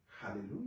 Hallelujah